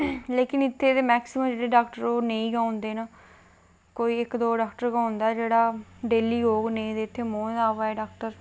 लेकिन इत्थै maximum doctor जेह्ड़े ओह् नेईं होंदे न कोई इक्क दो डाक्टर गै होग जेह्ड़ा डेली औग नेईं तां मोए सिर इत्थै